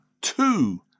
two